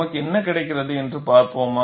நமக்கு என்ன கிடைக்கிறது என்று பார்ப்போமா